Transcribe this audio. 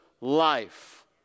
life